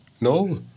No